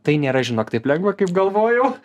tai nėra žinok taip lengva kaip galvojau